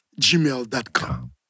gmail.com